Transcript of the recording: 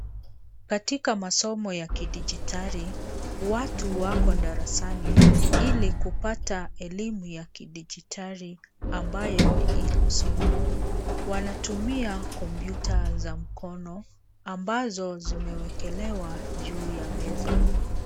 Katika masomo ya kidijitali watu wako darasani ili kupata elimu ya kidijitali ambayo ni e-kusoma . Wanatumia kompyuta za mkono ambazo zimewekelewa juu ya meza.